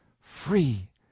Free